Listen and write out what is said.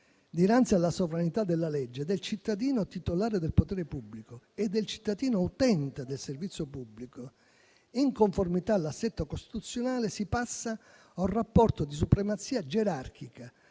dinanzi alla sovranità della legge, del cittadino titolare del potere pubblico e del cittadino utente del servizio pubblico in conformità all'assetto costituzionale, si passa ad un rapporto di supremazia gerarchica